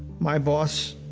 my boss